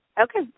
Okay